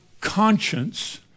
conscience